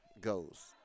goes